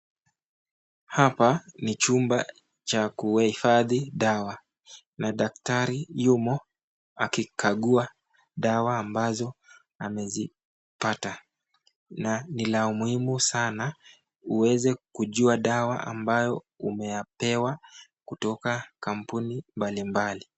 Hapa ni chumba cha kuwahifadhi dawa, na daktari yumo akikagua dawa ambazo amezipata. Na ni la muhimu sana uweze kujua dawa ambayo umeyapewa kutoka kampuni mbali mbali.